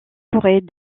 pourrait